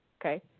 okay